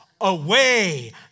away